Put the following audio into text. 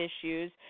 issues